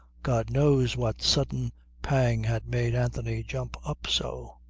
god knows what sudden pang had made anthony jump up so.